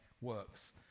works